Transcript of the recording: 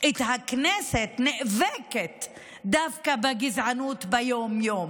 את הכנסת נאבקת דווקא בגזענות ביום-יום.